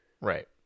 Right